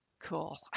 Cool